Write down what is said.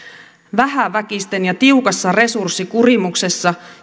vähäväkisten ja tiukassa resurssikurimuksessa